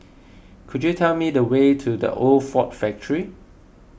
could you tell me the way to the Old Ford Factor